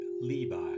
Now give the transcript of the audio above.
Levi